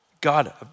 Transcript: God